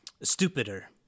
stupider